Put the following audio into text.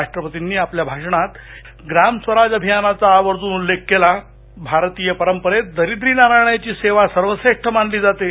राष्ट्रपतींनी आपल्या भाषणात ग्रामस्वराज अभियानाचा आवर्जून उल्लेख केला भारतीय परंपरेत दरिद्रीनारायणाची सेवा सर्वश्रेष्ठ मानली जाते